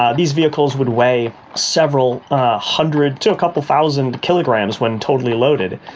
ah these vehicles would weigh several hundred to a couple of thousand kilograms when totally loaded.